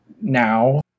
now